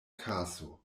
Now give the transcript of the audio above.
kaso